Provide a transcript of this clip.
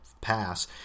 pass